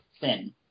thin